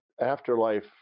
afterlife